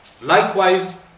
Likewise